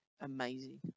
amazing